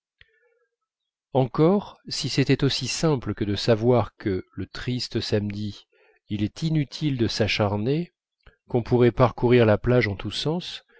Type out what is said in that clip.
encore si c'était aussi simple que de savoir que le triste samedi il est inutile de s'acharner qu'on pourrait parcourir la plage en tous sens